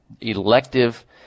elective